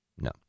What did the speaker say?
No